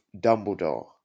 Dumbledore